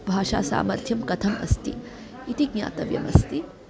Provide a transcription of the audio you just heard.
भाषासामर्थ्यं कथम् अस्ति इति ज्ञातव्यमस्ति